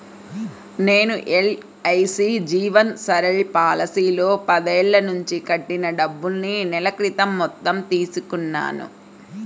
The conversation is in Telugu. నేను ఎల్.ఐ.సీ జీవన్ సరల్ పాలసీలో పదేళ్ళ నుంచి కట్టిన డబ్బుల్ని నెల క్రితం మొత్తం తీసుకున్నాను